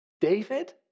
David